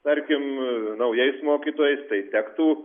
tarkim naujais mokytojais tai tektų